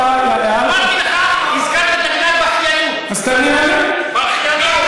אתה הערת, אמרתי לך, את המילה "בכיינות".